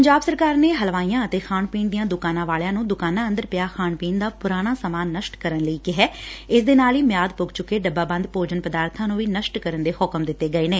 ਪੰਜਾਬ ਸਰਕਾਰ ਨੇ ਹਲਵਾਈਆ ਅਤੇ ਖਾਣ ਪੀਣ ਦੀਆ ਦੁਕਾਨਾ ਵਾਲਿਆ ਨੂੰ ਦੁਕਾਨਾ ਅੰਦਰ ਪਿਆ ਖਾਣ ਪੀਣ ਦਾ ਪੁਰਾਣਾ ਸਮਾਨ ਨਸ਼ਟ ਕਰਨ ਲਈ ਕਿਹੈ ਇਸ ਦੇ ਨਾਲ ਹੀ ਮਿਆੱਦ ਪੁੱਗ ਚੁੱਕੇ ਡੱਬਾਬੰਦ ਭੋਜਨ ਪਦਾਰਬਾਂ ਨੂੰ ਵੀ ਨਸ਼ਟ ਕਰਨ ਦੇ ਹੁਕਮ ਦਿੱਤੇ ਗਏ ਨੇ